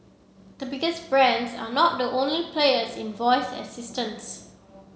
the biggest brands are not the only players in voice assistants